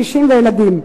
קשישים וילדים.